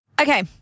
Okay